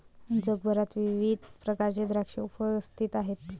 जगभरात विविध प्रकारचे द्राक्षे उपस्थित आहेत